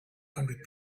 hundred